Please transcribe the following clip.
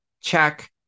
check